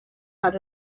had